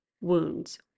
wounds